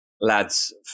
lads